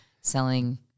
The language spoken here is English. Selling